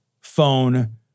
phone